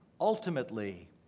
ultimately